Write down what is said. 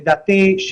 לדעתי,